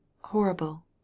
horrible